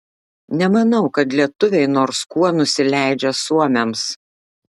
nemanau kad lietuviai nors kuo nusileidžia suomiams